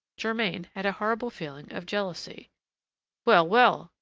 germain had a horrible feeling of jealousy well, well,